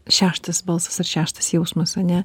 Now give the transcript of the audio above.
šeštas balsas ar šeštas jausmas ane